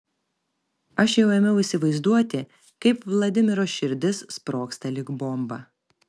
aš jau ėmiau įsivaizduoti kaip vladimiro širdis sprogsta lyg bomba